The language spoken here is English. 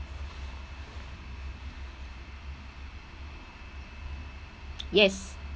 yes